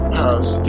house